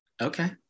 okay